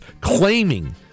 claiming